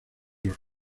los